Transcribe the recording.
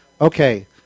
Okay